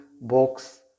box